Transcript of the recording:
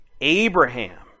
Abraham